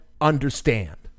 understand